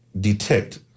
Detect